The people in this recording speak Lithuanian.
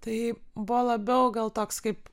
tai buvo labiau gal toks kaip